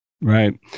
Right